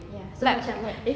like